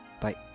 Bye